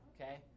okay